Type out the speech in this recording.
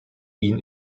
ihn